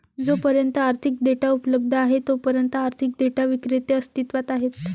जोपर्यंत आर्थिक डेटा उपलब्ध आहे तोपर्यंत आर्थिक डेटा विक्रेते अस्तित्वात आहेत